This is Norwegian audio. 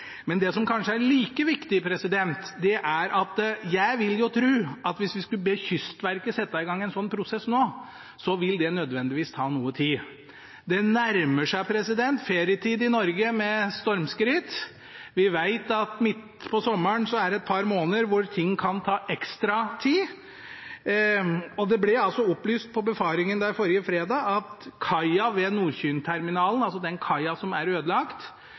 Men det som kanskje er like viktig, er at jeg vil tro at hvis vi skulle be Kystverket sette i gang en sånn prosess nå, vil det nødvendigvis ta noe tid. Det nærmer seg ferietid i Norge med stormskritt. Vi vet at midt på sommeren er det et par måneder da ting kan ta ekstra tid. Det ble opplyst på befaringen forrige fredag at kaia ved Nordkynterminalen – altså den kaia som er ødelagt